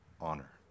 honor